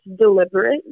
deliberate